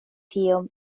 tiom